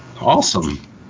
Awesome